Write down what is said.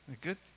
Good